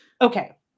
Okay